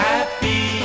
Happy